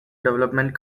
development